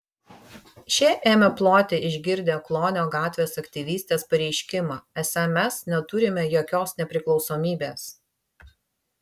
šie ėmė ploti išgirdę klonio gatvės aktyvistės pareiškimą esą mes neturime jokios nepriklausomybės